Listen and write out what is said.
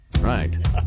Right